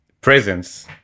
presence